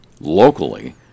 locally